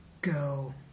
Go